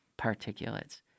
particulates